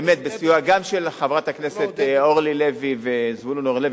באמת בסיוע גם של חברי הכנסת אורלי לוי וזבולון אורלב,